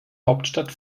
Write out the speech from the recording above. hauptstadt